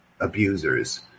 abusers